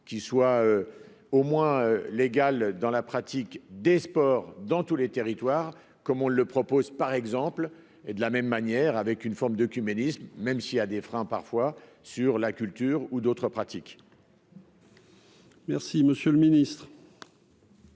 qui soit au moins égal dans la pratique des sports dans tous les territoires, comme on le propose, par exemple, et de la même manière, avec une forme de cuménisme même s'il a des freins parfois sur la culture ou d'autres pratiques. Merci monsieur le ministre.